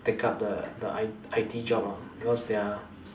to take up the the I I_T jobs lah because they are